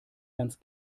ganz